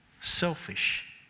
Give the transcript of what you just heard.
Selfish